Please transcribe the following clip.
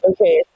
Okay